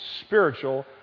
Spiritual